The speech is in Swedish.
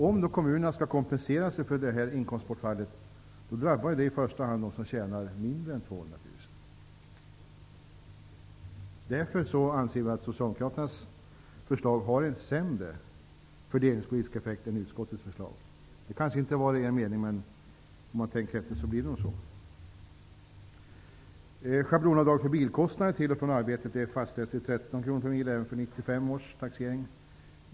Om kommunerna skall kompensera sig för det här inkomstbortfallet, drabbar det i första hand dem som tjänar mindre än 200 000. Vi anser därför att Socialdemokraternas förslag har en sämre fördelningspolitisk effekt än utskottets förslag. Det kanske inte var deras mening, men om man tänker efter inser man att det nog blir så. års taxering.